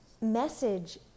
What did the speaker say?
message